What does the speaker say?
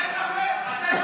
אין ספק.